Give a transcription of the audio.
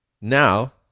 now